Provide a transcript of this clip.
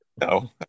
No